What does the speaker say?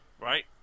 Right